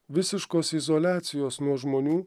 visiškos izoliacijos nuo žmonių